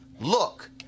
look